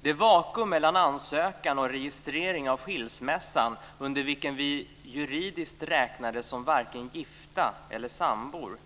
Det vakuum mellan ansökan och registrering av skilsmässan, under vilket vi juridiskt räknades som varken gifta eller sambor;